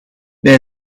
bij